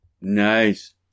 Nice